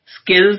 Skills